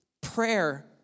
prayer